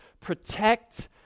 protect